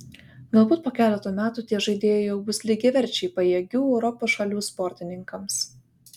galbūt po keleto metų tie žaidėjai jau bus lygiaverčiai pajėgių europos šalių sportininkams